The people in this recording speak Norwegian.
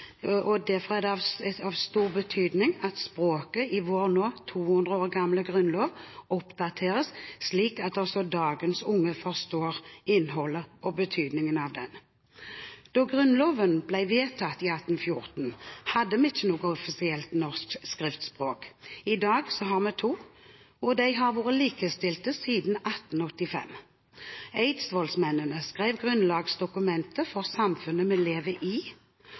er det av stor betydning at språket i vår nå 200 år gamle grunnlov oppdateres, slik at også dagens unge forstår innholdet i og betydningen av den. Da Grunnloven ble vedtatt i 1814, hadde vi ikke noe offisielt norsk skriftspråk. I dag har vi to, og de har vært likestilt siden 1885. Eidsvollsmennene skrev grunnlagsdokumentet for samfunnet vi lever i,